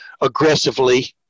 aggressively